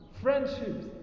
Friendships